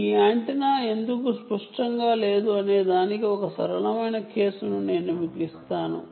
ఈ యాంటెన్నా ఎందుకు సిమ్మెట్రీకల్ గా లేదు అనేదానికి ఒక సరళమైన కేసును నేను మీకు ఇస్తాను